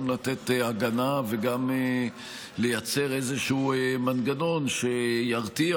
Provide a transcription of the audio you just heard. גם לתת הגנה וגם לייצר איזשהו מנגנון שירתיע,